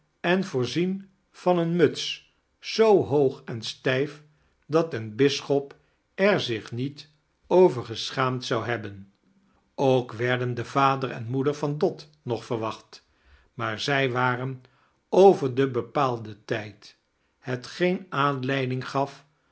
en voorzien van een muts zoo hoog en stff dat een bisschop er zich niet over geschaamd zou hebben ook werden de vader en moeder van dot nog verwacht maar zij waren over den bepaalden tijd hetgeen aanleiding gaf